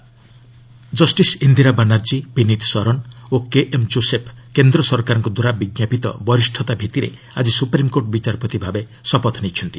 SC ଜଜେସ୍ justice Indira Banerjee Vineet Saran ଓ K M Joseph କେନ୍ଦ୍ର ସରକାରଙ୍କ ଦ୍ୱାରା ବିଞ୍ଜାପିତ ବରିଷତା ଭିତ୍ତିରେ ଆଜି ସୁପ୍ରିମକୋର୍ଟ ବିଚାରପତି ଭାବେ ଶପଥ ନେଇଛନ୍ତି